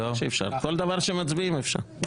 בטח שאפשר, כל דבר שמצביעים אפשר.